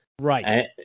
Right